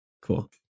cool